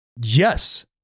yes